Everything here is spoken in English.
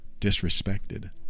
disrespected